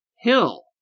Hill